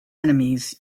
enemies